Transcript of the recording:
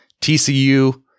TCU